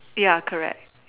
ya correct